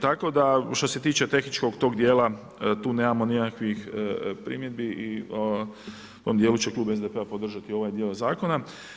Tako da što se tiče tehničkog tog dijela tu nemamo nekakvih primjedbi i u ovom djelu će klub SDP-a podržati ovaj dio zakona.